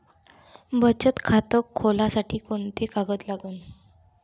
बचत खात खोलासाठी कोंते कागद लागन?